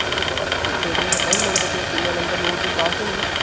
अच्छा अच्छा सर एह् असाइनमेंट किन्ने नंबर लोड़दे ऐ पास होने गी